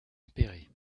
appéré